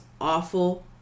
awful